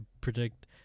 predict